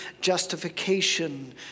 justification